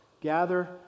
Gather